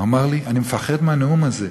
הוא אמר לי: אני מפחד מהנאום הזה.